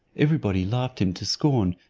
every body laughed him to scorn,